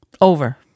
Over